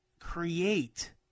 create